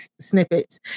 snippets